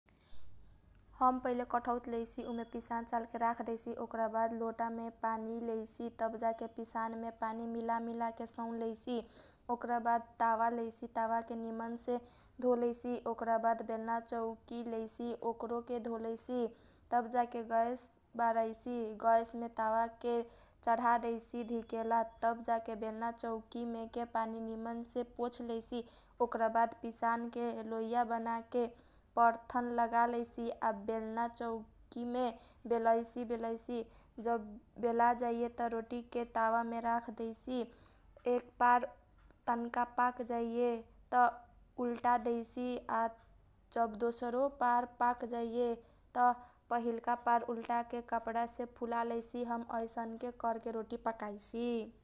हम पहिले कठौत लैसी उमे पिसान चालके राख दैसी ओकरा बाद लोटामे पानी लैसी। तब जाके पिसानमे पानी मिला मिला के सौन लैसी ओकरा बाद ताबा लैसी ताबाके निमनसे धोलैसी ओकरा बाद बेलना चौकी लैसी। ओकरोके धोलैसी तब जाके गैस बारैसी गैसमे चाडा दैसी ताबा धिकेला तब जाके बेलना चौकीमे के पानी निमनसे पोछलैसी ओकरा बाद पिसानके लौइया बानाके परथन लगालैसी आ बेलना चौकीमे बेलैसी बेलैसी जब बेला जैए त रोटीके ताबामे राख दैसी। एक पार तनका पाक जैएत उलटा दैसी आ जब दोसरको पार पाक जैएत पहिलका पार उलटाके कपडासे फुला लैसी हम अइसनके करके रोटी पकाइसी।